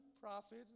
prophet